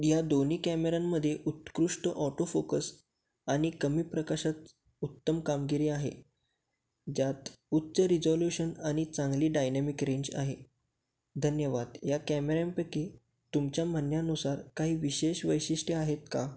या दोन्ही कॅमेऱ्यांमध्ये उत्कृष्ट ऑटो फोकस आणि कमी प्रकाशात उत्तम कामगिरी आहे ज्यात उच्च रिजॉल्युशन आणि चांगली डायनॅमिक रेंज आहे धन्यवाद या कॅमेऱ्यांपैकी तुमच्या म्हणण्यानुसार काही विशेष वैशिष्ट्य आहेत का